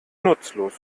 nutzlos